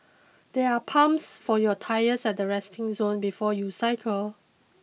there are pumps for your tyres at the resting zone before you cycle